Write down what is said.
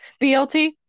BLT